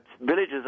villages